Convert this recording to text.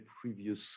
previous